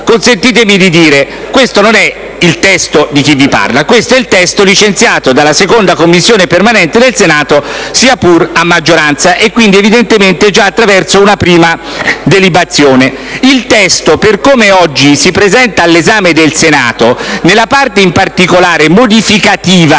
consentitemi di dire che questo non è il testo di chi vi parla, ma è quello licenziato dalla 2a Commissione permanente del Senato, sia pur a maggioranza, quindi evidentemente già attraverso una prima delibazione. Il testo, per come oggi si presenta all'esame del Senato, nella parte modificativa